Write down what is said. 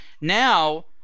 Now